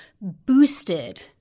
boosted